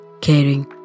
caring